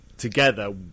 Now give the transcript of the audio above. Together